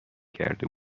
کرده